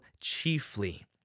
chiefly